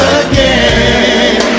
again